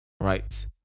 right